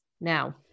now